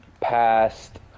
past